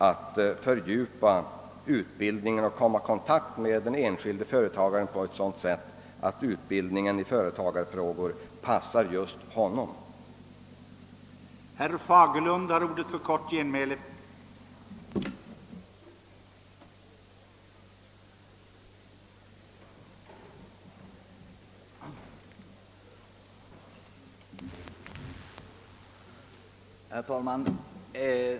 Att fördjupa utbildningen och komma i kontakt med den enskilde företagaren på ett sådant sätt att utbildningen i företagarfrågor passar just honom anser jag är en sådan utomordentligt lämplig väg.